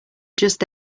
just